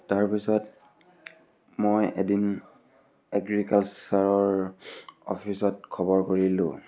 তাৰপিছত মই এদিন এগ্ৰিকালচাৰৰ অফিচত খবৰ কৰিলোঁ